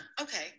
okay